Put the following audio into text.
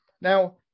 Now